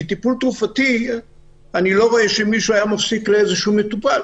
טיפול תרופתי אני לא רואה שמישהו היה מפסיק אותו לאיזשהו מטופל,